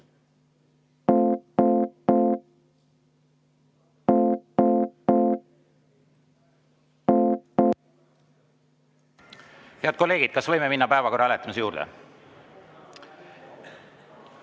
Head kolleegid, kas võime minna päevakorra hääletamise juurde?